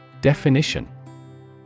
Definition